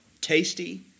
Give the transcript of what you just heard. tasty